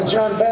John